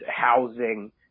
housing